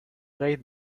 right